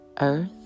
earth